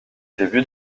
début